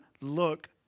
Look